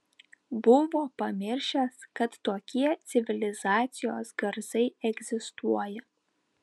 buvo pamiršęs kad tokie civilizacijos garsai egzistuoja